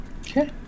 Okay